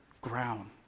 ground